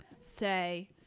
say